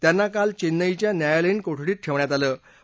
त्यांना काल चेन्नईच्या न्यायालयीन कोठडीत ठेवण्यात आलं आहे